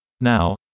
Now